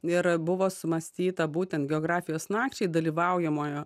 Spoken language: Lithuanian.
ir buvo sumąstyta būtent biografijos nakčiai dalyvaujamojo